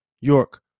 York